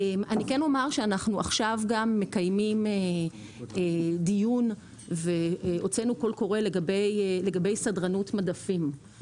אנחנו עכשיו גם מקיימים דיון והוצאנו קול קורא לגבי סדרנות מדפים.